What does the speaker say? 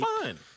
fine